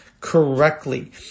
correctly